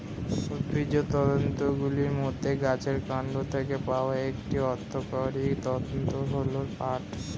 উদ্ভিজ্জ তন্তুগুলির মধ্যে গাছের কান্ড থেকে পাওয়া একটি অর্থকরী তন্তু হল পাট